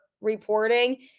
reporting